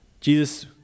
Jesus